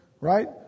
right